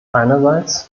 einerseits